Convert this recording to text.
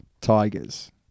Tigers